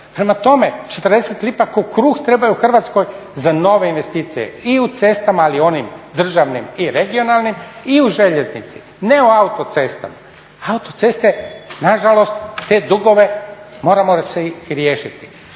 Prema tome, 40 lipa kao kruh trebaju Hrvatskoj za nove investicije i u cestama, ali onim državnim i regionalnim i u željeznici. Ne u autocestama. Autoceste nažalost te dugove moramo ih se riješiti.